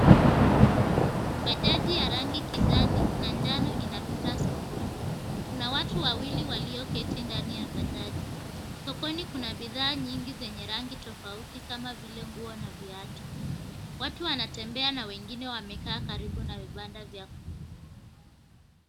Bajaji ya rangi kijani na njano inapita sokoni kuna watu wawili walioketi ndani ya bajaji, sokoni kuna bidhaa nyingi zenye rangi tofauti kama vile nguo na viatu, watu wanatembea na wengine wamekaa karibu na vibanda vya kuuza.